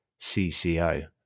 CCO